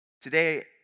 Today